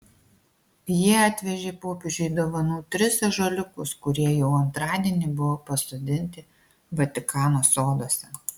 jie atvežė popiežiui dovanų tris ąžuoliukus kurie jau antradienį buvo pasodinti vatikano soduose